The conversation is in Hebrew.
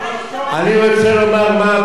אני רוצה לומר מה הבעיה.